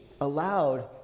allowed